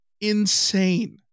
insane